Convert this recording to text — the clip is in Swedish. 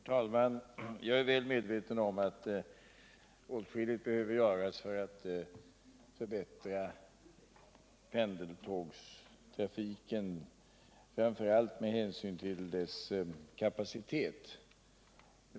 Herr talman! Jag är väl medveten om att åtskilligt behöver göras för att förbättra pendeltågstrafiken, framför allt med hänsyn till dess kapacitet.